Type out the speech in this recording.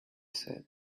said